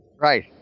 Right